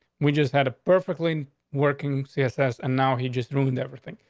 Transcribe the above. we just had a perfectly working css. and now he just ruined everything.